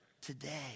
Today